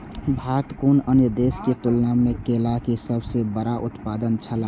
भारत कुनू अन्य देश के तुलना में केला के सब सॉ बड़ा उत्पादक छला